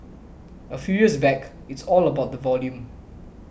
a few years back it's all about volume